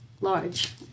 large